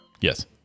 Yes